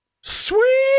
Sweet